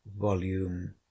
volume